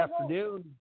afternoon